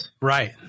Right